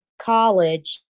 college